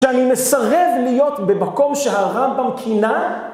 שאני מסרב להיות במקום שהרמב״ם כינה